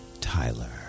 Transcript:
Tyler